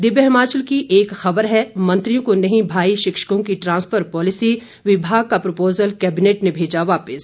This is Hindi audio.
दिव्य हिमाचल की एक ख़बर है मंत्रियों को नहीं भाई शिक्षकों की ट्रांसफर पॉलिसी विभाग का प्रोपोजल कैबिनेट ने भेजा वापिस